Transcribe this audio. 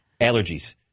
allergies